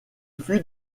fut